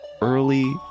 early